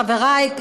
חברי,